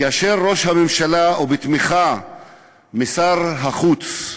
כאשר ראש הממשלה, בתמיכת שר החוץ,